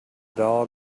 dog